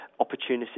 opportunities